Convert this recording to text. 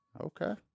Okay